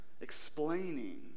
explaining